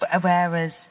Whereas